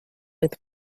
with